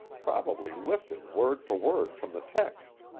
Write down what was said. probably lifted word for word from the text.